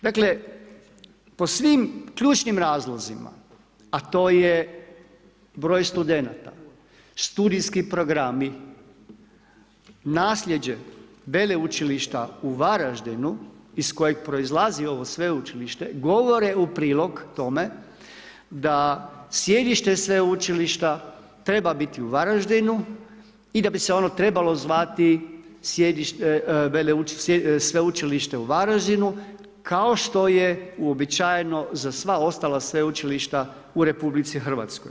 Dakle, po svim ključnim razlozima, a to je broj studenata, studijski programi, naslijeđe Veleučilišta u Varaždinu iz kojeg proizlazi ovo sveučilište govore u prilog tome, da sjedište sveučilišta treba biti u Varaždinu i da bi se ono trebalo zvati Sveučilište u Varaždinu kao što je uobičajeno za sva ostala sveučilišta u RH.